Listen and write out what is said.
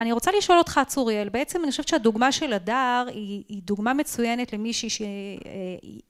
אני רוצה לשאול אותך, צוריאל, בעצם אני חושבת שהדוגמה של הדר היא דוגמה מצוינת למישהי ש...